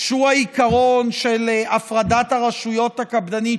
שהוא העיקרון של הפרדת הרשויות הקפדנית,